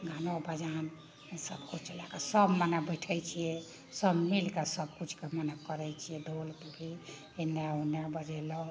गानो बजान सबकिछु लए कऽ मने बैठैत छियै सब मिल कऽ सबकिछु कऽ मने करैत छियै ढोल पिपही एने ओने बजेलहुँ